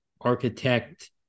architect